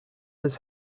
his